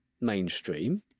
mainstream